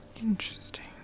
Interesting